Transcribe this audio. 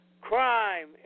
Crime